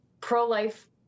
pro-life